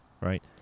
right